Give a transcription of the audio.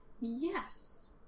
Yes